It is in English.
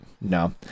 no